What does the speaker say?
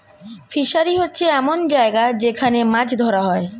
fishery হচ্ছে এমন জায়গা যেখান মাছ ধরা হয়